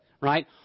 right